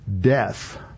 Death